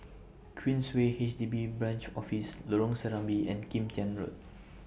Queensway H D B Branch Office Lorong Serambi and Kim Tian Road